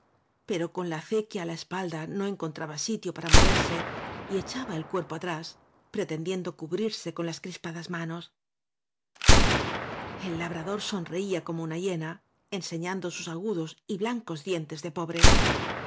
pero con la acequia á la espalda no encontraba sitio para moverse y echaba el cuerpo atrás pretendiendo cubrirse con las crispadas manos g áñ l labrador sonreía como una hiena en señando sus agudos y blancos dientes de pobre